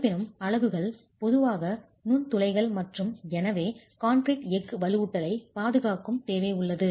இருப்பினும் அலகுகள் பொதுவாக நுண்துளைகள் மற்றும் எனவே கான்கிரீட் எஃகு வலுவூட்டலைப் பாதுகாக்கும் தேவை உள்ளது